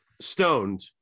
Stoned